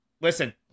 Listen